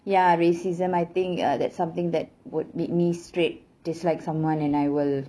ya racism I think uh that's something that would make me straight dislike someone and I will